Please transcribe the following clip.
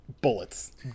bullets